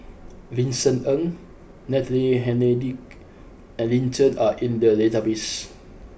Vincent Ng Natalie Hennedige and Lin Chen are in the database